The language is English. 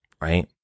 right